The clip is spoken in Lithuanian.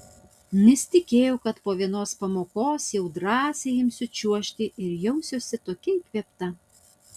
nesitikėjau kad po vienos pamokos jau drąsiai imsiu čiuožti ir jausiuosi tokia įkvėpta